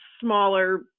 smaller